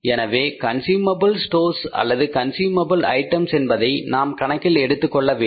எனவே consumable stores அல்லது consumable items என்பதை நாம் கணக்கில் எடுத்துக்கொள்ள வேண்டும்